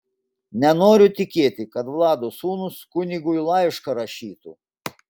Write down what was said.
nenoriu tikėti kad vlado sūnūs kunigui laišką rašytų